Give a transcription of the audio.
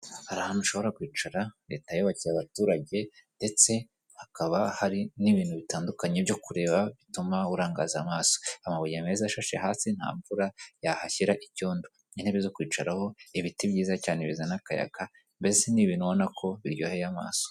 Hari ahantu ushobora kwicara leta yubakiye abaturage ndetse hakaba hari n'ibintu bitandukanye byo kureba bituma urangaza amaso amabuye meza ashashe hasi nta mvura yahashyira icyondo n'intebe zo kwicaraho ibiti byiza cyane bizana akayaga mbese n'ibintu ubona ko biryoheye amaso.